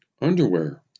underwear